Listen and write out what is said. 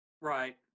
right